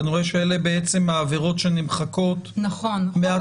אני רואה שאלה בעם העבירות שנמחקות מהתוספת.